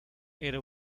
era